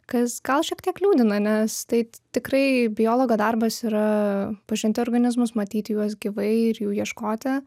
kas gal šiek tiek liūdina nes tai tikrai biologo darbas yra pažinti organizmus matyti juos gyvai ir jų ieškoti